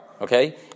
okay